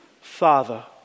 Father